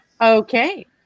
Okay